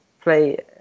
play